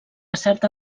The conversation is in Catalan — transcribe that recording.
certa